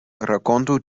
rakontu